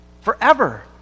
forever